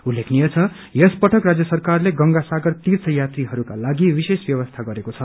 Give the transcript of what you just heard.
उल्लेखनीय छ यस पटक राज्य सरकारले गंगा सागर तीर्थ यात्रीहरूको लागि विशेष व्यवस्था गरिदिएको छ